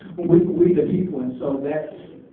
we but we the people and so that's,